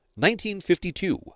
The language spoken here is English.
1952